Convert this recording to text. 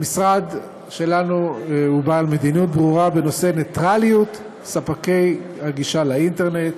המשרד שלנו הוא בעל מדיניות ברורה בנושא ניטרליות ספקי הגישה לאינטרנט.